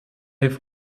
have